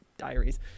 diaries